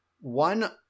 one